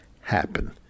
happen